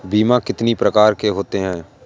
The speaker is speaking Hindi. बीमा कितनी प्रकार के होते हैं?